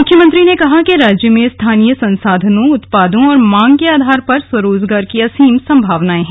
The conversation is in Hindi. मुख्यमंत्री ने कहा कि राज्य में स्थानीय संसाधनों उत्पादों और मांग के आधार पर स्वरोजगार की असीम संभावनाएं है